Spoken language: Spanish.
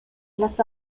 las